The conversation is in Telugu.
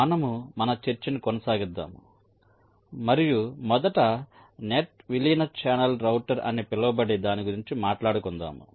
మనము మన చర్చను కొనసాగిద్దాము మరియు మొదట నెట్ విలీన ఛానల్ రౌటర్ అని పిలువబడే దాని గురించి మాట్లాడుకుందాము